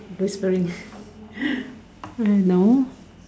whispering hey no